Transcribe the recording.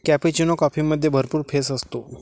cappuccino कॉफीमध्ये भरपूर फेस असतो